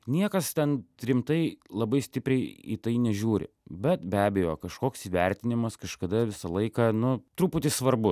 niekas ten rimtai labai stipriai į tai nežiūri bet be abejo kažkoks įvertinimas kažkada visą laiką nu truputį svarbu